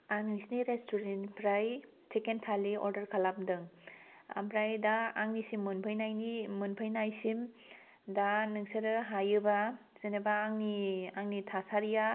आं नोंसिनि रेस्टुरेन्टनिफ्राय चिकेन थालि अर्डार खालामदों ओम्फ्राय दा आंनिसिम मोनफोयनायनि मोनफोयनायसिम दा नोंसोरो हायोबा जेनेबा आंनि थासारिया